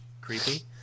creepy